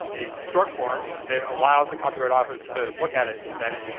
a short form that allows the copyright office to look at it and say, you know,